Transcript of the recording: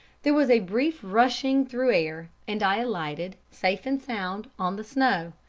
there was a brief rushing through air and i alighted safe and sound on the snow.